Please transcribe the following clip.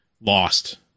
lost